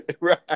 Right